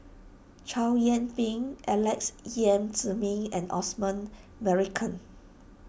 Chow Yian Ping Alex Yam Ziming and Osman Merican